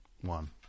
One